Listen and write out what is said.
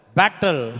battle